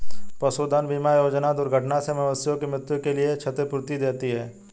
पशुधन बीमा योजना दुर्घटना से मवेशियों की मृत्यु के लिए क्षतिपूर्ति देती है